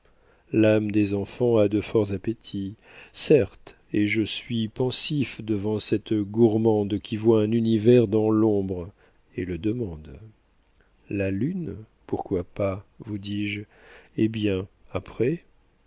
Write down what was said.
l'âme des enfants a de forts appétits certes et je suis pensif devant cette gourmande qui voit un univers dans l'ombre et le demande la lune pourquoi pas vous dis-je eh bien après